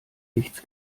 nichts